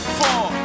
four